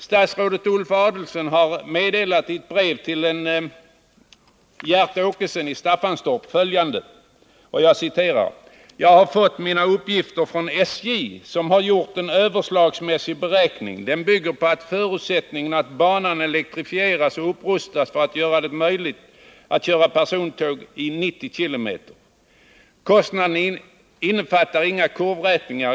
Statsrådet Ulf Adelsohn har i ett brev till Gert Åkesson i Staffanstorp meddelat följande: Jag har fått mina uppgifter från SJ, som har gjort en överslagsmässig beräkning. Den bygger på förutsättningen att banan elektrifieras och upprustas för att göra det möjligt att köra persontåg i 90 km/tim. Kostnaderna innefattar inga kurvrätningar.